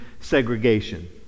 segregation